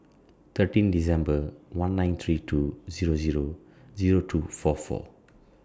thirteen December one nine three two Zero Zero Zero two four four